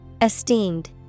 Esteemed